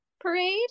parade